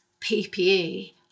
PPE